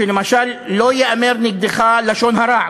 שלמשל לא ייאמר נגדך לשון הרע,